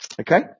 Okay